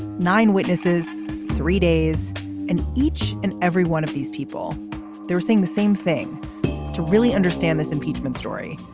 nine witnesses three days in each and every one of these people there were saying the same thing to really understand this impeachment story,